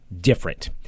different